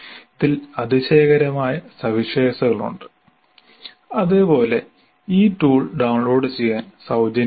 ഇതിൽ അതിശയകരമായ സവിശേഷതകളുണ്ട് അതേപോലെ ഈ ടൂൾ ഡൌൺലോഡ് ചെയ്യാൻ സൌജന്യമാണ്